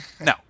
No